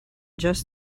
just